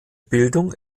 bildung